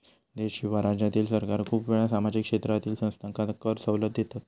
देश किंवा राज्यातील सरकार खूप वेळा सामाजिक क्षेत्रातील संस्थांका कर सवलत देतत